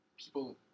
people